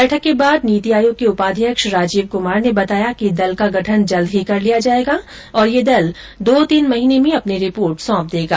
बैठक के बाद नीति आयोग के उपाध्यक्ष राजीव कुमार ने बताया कि दल का गठन जल्द ही कर लिया जाएगा और यह दल दो तीन महीने में अपनी रिपोर्ट सौंप देगा